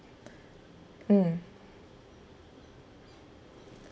mm